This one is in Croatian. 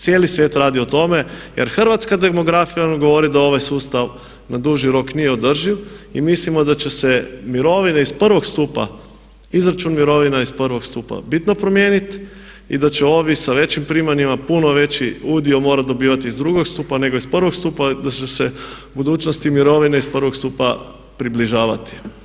Cijeli svijet radi o tome jer hrvatska demografija nam govori da ovaj sustav na duži rok nije održiv i mislimo da će se mirovine iz prvog stupa, izračun mirovina iz prvog stupa bitno promijeniti i da će ovi sa većim primanjima puno veći udio morati dobivati iz drugog stupa nego iz prvog stupa, da će se u budućnosti mirovine iz prvog stupa približavati.